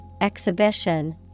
exhibition